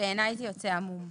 שבעיניי זה יוצא קצת עמום.